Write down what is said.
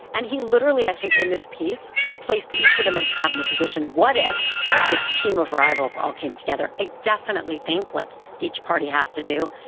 and he literally, i think in this piece, placed each of them in a cabinet position. what if this team of rivals all came together? i definitely think, like, each party has to do,